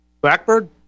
Blackbird